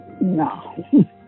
no